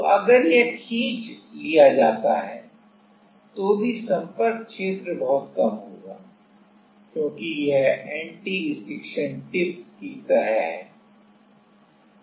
तो अगर यह खींच लिया जाता है तो भी संपर्क क्षेत्र बहुत कम होगा क्योंकि यह एंटी स्टिक्शन टिप्स की तरह है